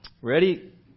Ready